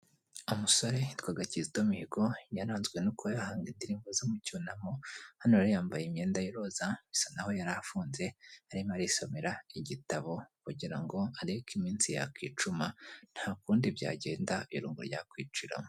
Umusore yitwaga kito mihigo yaranzwe no kuba yahanga indirimbo zo mu cyunamo hano yari yambaye imyenda y'iroza bisa n'aho yari afunze arimo arisomera igitabo kugira ngo arebe iminsi yakwicuma nta kundi byagenda irungu ryakwiciramo.